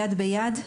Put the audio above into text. יד ביד,